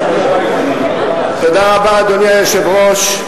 אדוני היושב-ראש,